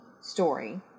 story